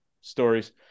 stories